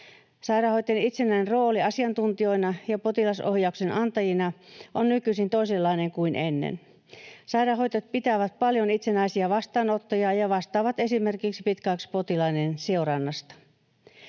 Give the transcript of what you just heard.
Sairaanhoitajan itsenäinen rooli asiantuntijana ja potilas-ohjauksen antajana on nykyisin toisenlainen kuin ennen. Sairaanhoitajat pitävät paljon itsenäisiä vastaanottoja ja vastaavat esimerkiksi pitkäaikaispotilaiden seurannasta.